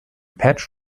patch